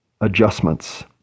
adjustments